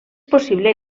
possible